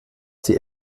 die